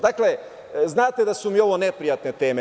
Dakle, znate da su mi ovo neprijatne teme.